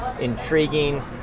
intriguing